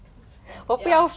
这个迟到 ya